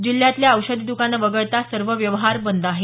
जिल्ह्यातील औषधी दुकानं वगळता सर्व व्यवहार बंद आहेत